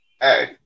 Hey